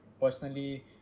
personally